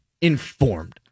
informed